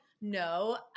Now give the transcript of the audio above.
no